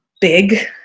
big